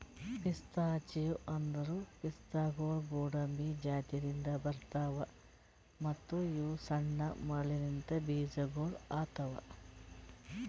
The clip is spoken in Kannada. ಪಿಸ್ತಾಚಿಯೋ ಅಂದುರ್ ಪಿಸ್ತಾಗೊಳ್ ಗೋಡಂಬಿ ಜಾತಿದಿಂದ್ ಬರ್ತಾವ್ ಮತ್ತ ಇವು ಸಣ್ಣ ಮರಲಿಂತ್ ಬೀಜಗೊಳ್ ಆತವ್